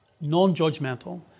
non-judgmental